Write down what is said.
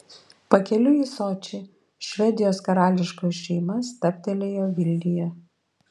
pakeliui į sočį švedijos karališkoji šeima stabtelėjo vilniuje